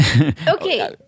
okay